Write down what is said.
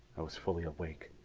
i was fully awake.